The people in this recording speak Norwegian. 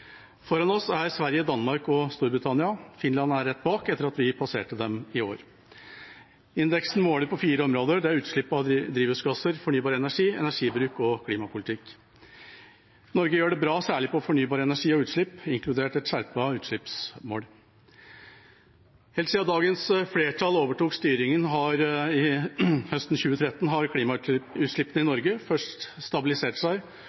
Foran oss er Sverige, Danmark og Storbritannia. Finland er rett bak, etter at vi passerte dem i år. Indeksen måler på fire områder: Det er utslipp av drivhusgasser, fornybar energi, energibruk og klimapolitikk. Norge gjør det bra særlig på fornybar energi og utslipp, inkludert et skjerpet utslippsmål. Helt siden dagens flertall overtok styringen høsten 2013, har klimagassutslippene i Norge først stabilisert seg